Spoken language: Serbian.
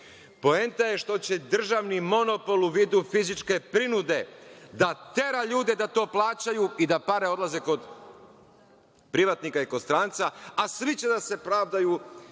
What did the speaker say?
poenta je što će državni monopol u vidu fizičke prinude da tera ljude da to plaćaju i da pare odlaze kod privatnika i kod stranca, a svi će da se pravdaju